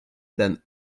than